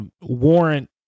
warrant